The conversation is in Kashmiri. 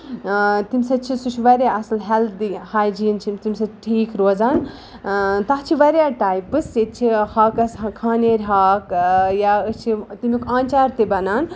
تَمہِ سۭتۍ چھُ سُہ چھُ واریاہ اصٕل ہیٚلدی ہایجیٖن چھُنہٕ تَمہِ سۭتۍ ٹھیٖک روزان تَتھ چھِ واریاہ ٹایپٕس ییٚتہِ چھِ ہاکَس کھنیٲر ہاکھ یا أسۍ چھِ تَمیُک آنچار تہِ بَنان